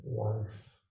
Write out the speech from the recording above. life